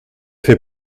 fait